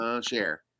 Share